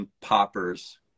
poppers